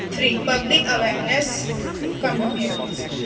three public awareness campaigns